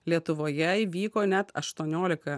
lietuvoje įvyko net aštuoniolika